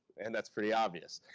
and that's pretty obvious.